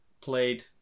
played